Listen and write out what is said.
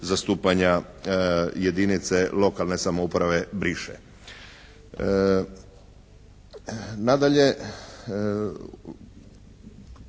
zastupanja jedinice lokalne samouprave briše. Nadalje,